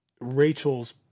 Rachel's